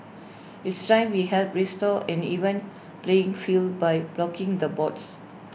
it's time we help restore an even playing field by blocking the bots